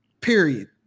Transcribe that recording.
period